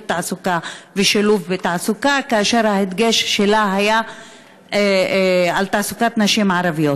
תעסוקה ושילוב בתעסוקה שההדגש שלה היה על תעסוקת נשים ערביות.